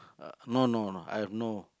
uh no no no I have no